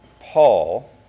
Paul